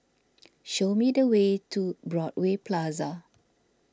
show me the way to Broadway Plaza